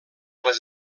les